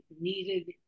needed